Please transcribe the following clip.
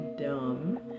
dumb